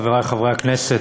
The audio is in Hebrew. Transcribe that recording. חברי חברי הכנסת,